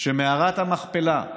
שבמערת המכפלה,